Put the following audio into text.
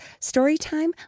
Storytime